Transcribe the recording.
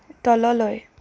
তললৈ